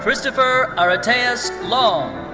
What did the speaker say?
christopher areteas long.